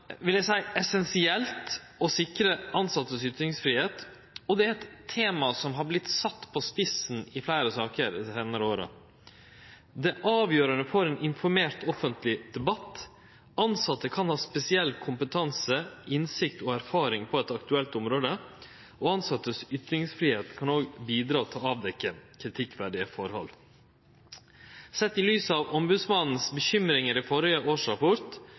vil eg seie, essensielt å sikre tilsette sin ytringsfridom, og det er eit tema som har vorte sett på spissen i fleire saker dei seinare åra. Det er avgjerande for ein informert offentleg debatt. Tilsette kan ha spesiell kompetanse, innsikt og erfaring på eit aktuelt område, og tilsette sin ytringsfridom kan òg bidra til å avdekkje kritikkverdige forhold. Sett i lys av Sivilombodsmannen sine bekymringar i førre årsrapport